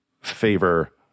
favor